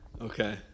Okay